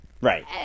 right